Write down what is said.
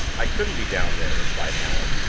i couldn't be down there, replied allan,